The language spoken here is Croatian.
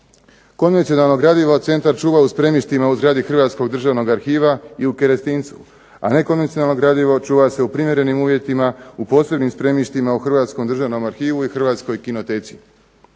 Konvencionalno gradivo centar čuva u spremištima u zgradi Hrvatskog Državnog arhiva i u Kerestincu, a nekonvencionalno gradivo čuva se u primjerenim uvjetima u posebnim spremištima u Hrvatskom Državnom arhivu i Hrvatskoj kinoteci.